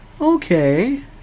Okay